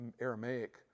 Aramaic